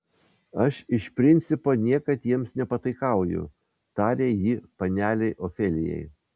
aš iš principo niekad jiems nepataikauju tarė ji panelei ofelijai